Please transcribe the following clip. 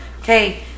Okay